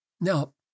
Now